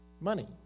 money